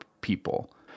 people